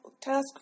task